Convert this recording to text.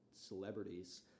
celebrities